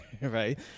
right